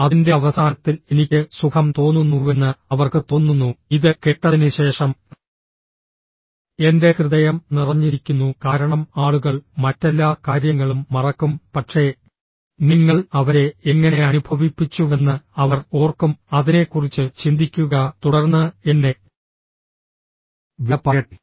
അതിന്റെ അവസാനത്തിൽ എനിക്ക് സുഖം തോന്നുന്നുവെന്ന് അവർക്ക് തോന്നുന്നു ഇത് കേട്ടതിനുശേഷം എന്റെ ഹൃദയം നിറഞ്ഞിരിക്കുന്നു കാരണം ആളുകൾ മറ്റെല്ലാ കാര്യങ്ങളും മറക്കും പക്ഷേ നിങ്ങൾ അവരെ എങ്ങനെ അനുഭവിപ്പിച്ചുവെന്ന് അവർ ഓർക്കും അതിനെക്കുറിച്ച് ചിന്തിക്കുക തുടർന്ന് എന്നെ വിട പറയട്ടെ